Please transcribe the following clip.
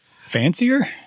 Fancier